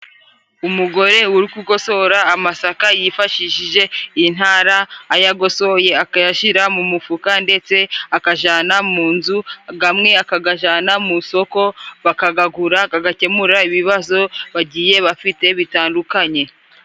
Umugore uri kugosora amasaka yifashishije intara ayo agosoye, akayashyira mu mufuka ndetse akajana mu nzu gamwe akagajana mu isoko bakagagura, agakemura ibibazo bagiye bafite bitandukanye.